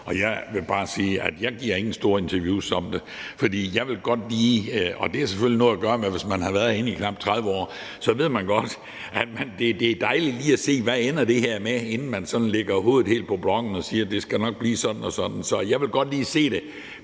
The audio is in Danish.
Jeg vil bare sige, at jeg ingen store interviews giver om det. For jeg vil godt lige se det an, og det har selvfølgelig noget at gøre med, at hvis man har været herinde i knap 30 år, ved man godt, at det er godt lige at se, hvad det ender med, inden man sådan lægger hovedet helt på blokken og siger: Det skal nok blive sådan og sådan. Så jeg vil godt lige se det